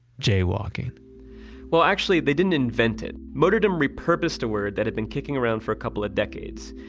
jaywalking well, actually, they didn't invent it. motordom re-purposed a word that had been kicking around for a couple of decades.